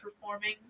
performing